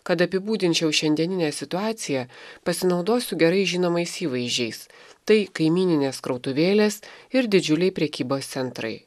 kad apibūdinčiau šiandieninę situaciją pasinaudosiu gerai žinomais įvaizdžiais tai kaimyninės krautuvėlės ir didžiuliai prekybos centrai